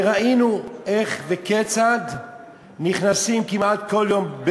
וראינו איך וכיצד נכנסים כמעט כל יום,